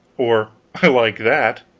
or i like that!